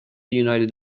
united